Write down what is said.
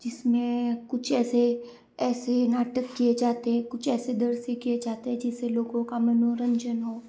जिस में कुछ ऐसे ऐसे नाटक किए जाते हैं कुछ ऐसे दृश्य किए जाते है जिसे लोगों का मनोरंजन हो